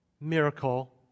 Miracle